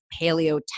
paleo